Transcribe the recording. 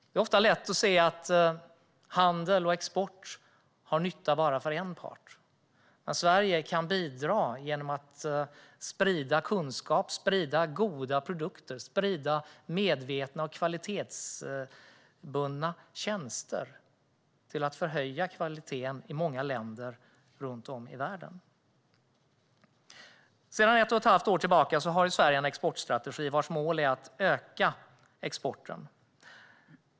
Det är ofta lätt att se att handel och export medför nytta bara för en part. Men Sverige kan genom att sprida kunskap, goda produkter, medvetna och kvalitetsbundna tjänster bidra till att förhöja kvaliteten i många länder runt om i världen. Sedan ett och ett halvt år tillbaka har Sverige en exportstrategi, vars mål är att öka exporten.